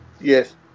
yes